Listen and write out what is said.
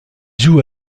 joue